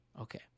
Okay